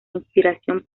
inspiración